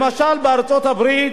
למשל, בארצות-הברית,